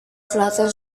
selatan